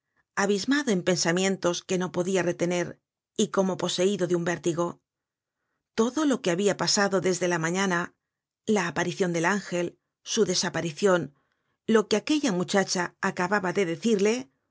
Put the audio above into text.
abismado en pensamientos que no podia retener y como poseido de un vértigo todo lo que habia pasado desde la mañana la aparicion del ángel su desaparicion lo que aquella muchacha acababa de decirle